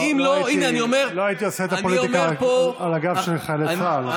לא הייתי עושה את הפוליטיקה על הגב של חיילי צה"ל.